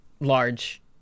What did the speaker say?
large